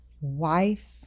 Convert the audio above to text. wife